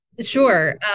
Sure